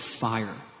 fire